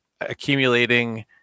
Accumulating